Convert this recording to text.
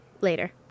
later